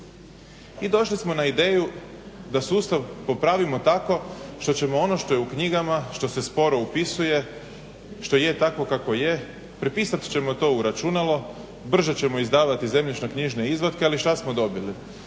i došli smo na ideju da sustav popravimo tako što ćemo ono što je u knjigama, što se sporo upisuje, što je takvo kakvo je prepisat ćemo to u računalo, brže ćemo izdavati zemljišno-knjižne izvatke. Ali što smo dobili,